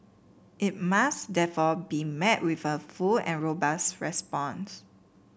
it must therefore be met with a full and robust response